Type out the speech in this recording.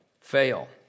fail